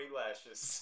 lashes